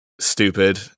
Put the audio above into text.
stupid